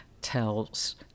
tells